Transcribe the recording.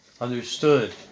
understood